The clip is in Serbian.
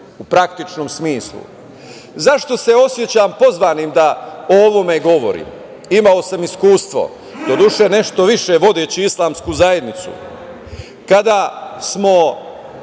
u praktičnom smislu.Zašto se osećam pozvanim da o ovome govorim? Imao sam iskustvo, doduše, nešto više vodeći islamsku zajednicu, kada smo